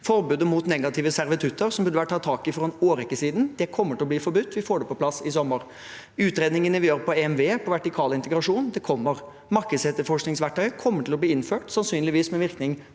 lovet. Negative servitutter, som burde vært tatt tak i for en årrekke siden, kommer til å bli forbudt. Vi får det på plass i sommer. Utredningene vi gjør på EMV, på vertikal integrasjon, kommer. Markedsetterforskningsverktøy kommer til å bli innført, sannsynligvis med virkning